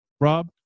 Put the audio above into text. Rob